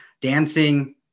dancing